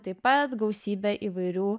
taip pat gausybė įvairių